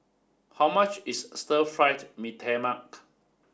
how much is Stir Fried Mee Tai Mak